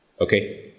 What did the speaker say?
Okay